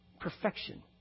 perfection